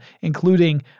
including